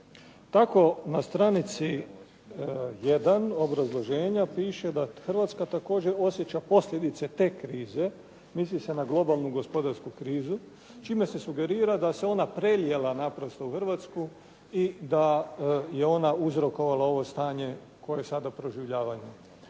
Tako na stranici 1. obrazloženja piše da Hrvatska također osjeća posljedice te krize, misli se na globalnu gospodarsku krizu čime se sugerira da se on prelijeva naprosto u Hrvatsku i da je ona uzrokovala ovo stanje koje sda proživljavamo.